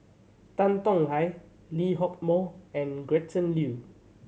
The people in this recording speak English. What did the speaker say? Tan Tong Hye Lee Hock Moh and Gretchen Liu